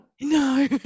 No